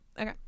okay